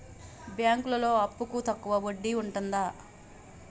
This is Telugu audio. బ్యాంకులలో అప్పుకు తక్కువ వడ్డీ ఉంటదా?